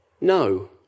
no